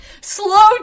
slow